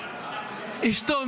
אשתו,